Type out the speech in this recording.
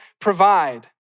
provide